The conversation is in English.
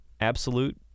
absolute